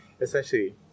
essentially